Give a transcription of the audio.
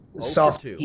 Soft